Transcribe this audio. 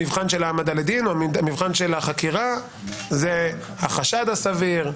המבחן של העמדה לדין או המבחן של החקירה זה החשד הסביר,